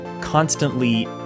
constantly